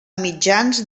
mitjans